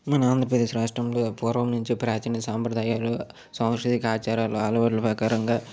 మన ఆంధ్రప్రదేశ్ రాష్ట్రంలో పూర్వం నుంచి ప్రాచీన సాంప్రదాయాలు సాంస్కృతిక ఆచారాలు అలవాట్ల ప్రకారంగా